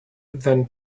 than